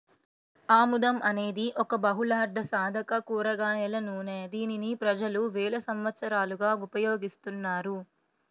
ఆముదం అనేది ఒక బహుళార్ధసాధక కూరగాయల నూనె, దీనిని ప్రజలు వేల సంవత్సరాలుగా ఉపయోగిస్తున్నారు